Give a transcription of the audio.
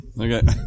Okay